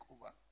over